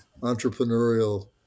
entrepreneurial